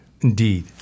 Indeed